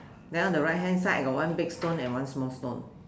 now the right hand side got one big stone and one small stone